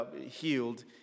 healed